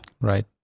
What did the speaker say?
Right